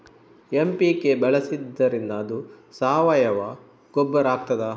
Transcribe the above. MPK ಬಳಸಿದ್ದರಿಂದ ಅದು ಸಾವಯವ ಗೊಬ್ಬರ ಆಗ್ತದ?